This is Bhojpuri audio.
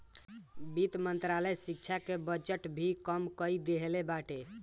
वित्त मंत्रालय शिक्षा के बजट भी कम कई देहले बाटे